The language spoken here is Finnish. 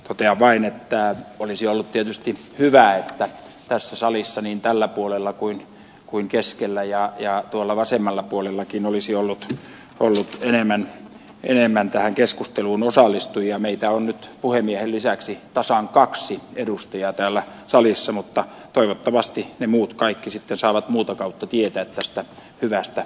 totean vain että olisi ollut tietysti hyvä että tässä salissa niin tällä puolella kuin keskellä ja tuolla vasemmalla puolellakin olisi ollut enemmän tähän keskusteluun osallistujia meitä on nyt puhemiehen lisäksi tasan kaksi edustajaa täällä salissa mutta toivottavasti ne kaikki muut sitten saavat muuta kautta tietää tästä hyvästä